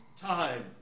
time